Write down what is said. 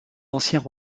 anciens